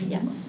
Yes